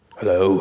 Hello